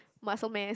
muscle man